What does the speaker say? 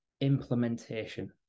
implementation